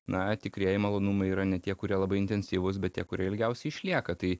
na tikrieji malonumai yra ne tie kurie labai intensyvūs bet tie kurie ilgiausiai išlieka tai